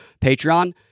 Patreon